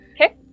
Okay